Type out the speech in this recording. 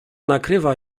nakrywa